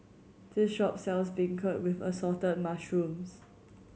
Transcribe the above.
this shop sells beancurd with Assorted Mushrooms